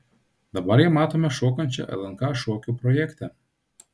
dabar ją matome šokančią lnk šokių projekte